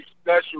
special